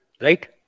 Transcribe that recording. Right